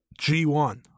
G1